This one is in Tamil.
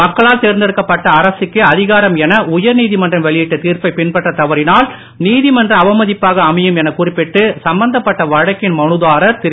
மக்களால் தேர்ந்தெடுக்கப் பட்ட அரசுக்கே அதிகாரம் என உயர் நீதிமன்றம் வெளியிட்ட தீர்ப்பை பின்பற்றத் தவறினால் நீதிமன்ற அவமதிப்பாக அமையம் எனக் குறிப்பிட்டு சம்பந்தப்பட்ட வழக்கின் மனுதாரர் திரு